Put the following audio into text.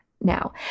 now